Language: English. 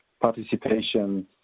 participation